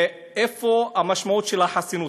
ואיפה המשמעות של החסינות?